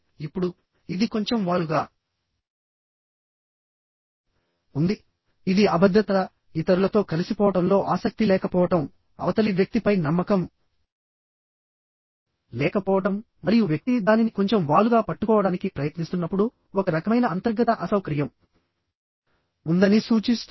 ఇప్పుడు ఇది కొంచెం వాలుగా ఉంది ఇది అభద్రత ఇతరులతో కలిసిపోవడంలో ఆసక్తి లేకపోవడం అవతలి వ్యక్తిపై నమ్మకం లేకపోవడం మరియు వ్యక్తి దానిని కొంచెం వాలుగా పట్టుకోవడానికి ప్రయత్నిస్తున్నప్పుడు ఒక రకమైన అంతర్గత అసౌకర్యం ఉందని సూచిస్తుంది